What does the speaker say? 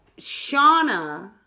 Shauna